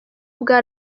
bwa